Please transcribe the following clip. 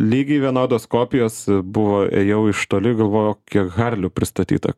lygiai vienodos kopijos buvo ėjau iš toli galvojau kiek harlių pristatyta